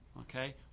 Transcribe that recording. okay